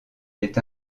est